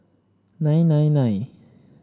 nine nine nine